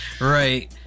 right